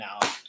now